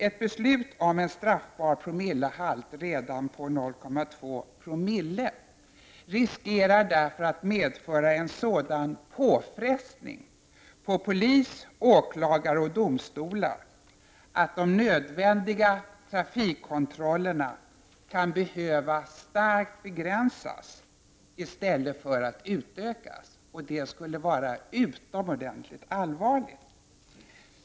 Ett beslut om en straffbar alkoholhalt redan på 0,2 Joo riskerar därför att medföra sådan påfrestning på polis, åklagare och domstolar att de nödvändiga trafikkontrollerna kan behöva starkt begränsas i stället för att utökas, och det skulle vara utomordentligt allvarligt.